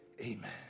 Amen